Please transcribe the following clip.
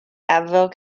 abbeville